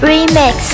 Remix